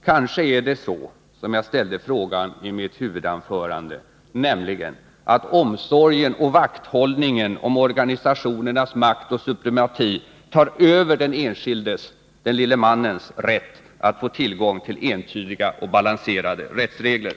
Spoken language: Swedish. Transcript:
Kanske är det så som jag ställde frågan i mitt huvudanförande, nämligen att omsorgen och vakthållningen om organisationernas makt och supremati tar över den enskildes, den lille mannens, rätt att få tillgång till entydiga och balanserade rättsregler.